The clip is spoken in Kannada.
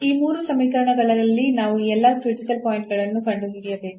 ಈ ಮೂರು ಸಮೀಕರಣಗಳಲ್ಲಿ ನಾವು ಎಲ್ಲಾ ಕ್ರಿಟಿಕಲ್ ಪಾಯಿಂಟ್ ಗಳನ್ನು ಕಂಡುಹಿಡಿಯಬೇಕು